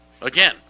Again